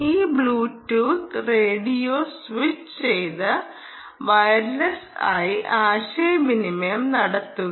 ഈ Bluetooth radio switch ചെയ്ത് wireless ആയി ആശയവിനിമയം നടത്തുക